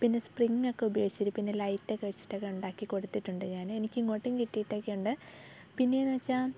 പിന്നെ സ്പ്രിങ്ങ് ഒക്കെ ഉപയോഗിച്ച് പിന്നെ ലൈറ്റ് ഒക്കെ വെച്ചിട്ടൊക്കെ ഉണ്ടാക്കി കൊടുത്തിട്ടുണ്ട് ഞാൻ എനിക്ക് ഇങ്ങോട്ടും കിട്ടിയിട്ടൊക്കെ ഉണ്ട് പിന്നെ എന്ന് വെച്ചാൽ